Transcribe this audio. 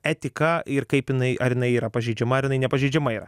etiką ir kaip jinai ar jinai yra pažeidžiama ar jinai nepažeidžiama yra